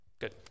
Good